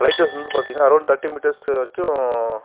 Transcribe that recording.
light house வந்து பார்த்தீங்னா around thirty metres வரைக்கும்